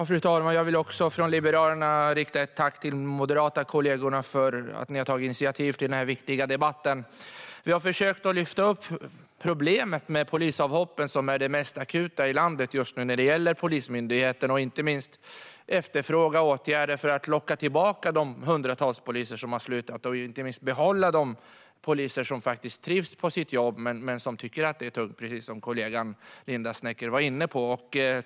Fru talman! Även vi liberaler vill rikta ett tack till våra moderata kollegor för att ni tog initiativet till denna viktiga debatt. Vi har försökt att lyfta upp problemet med polisavhoppen, som är det mest akuta när det gäller Polismyndigheten, och efterfrågat åtgärder för att locka tillbaka de hundratals poliser som har slutat och, inte minst, för att behålla de poliser som trivs på sitt jobb men tycker att det är tungt, precis som kollegan Linda Snecker var inne på.